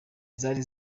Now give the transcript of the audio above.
zari